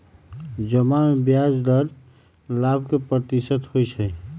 जमा में ब्याज द्वारा लाभ के प्राप्ति होइ छइ